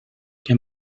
que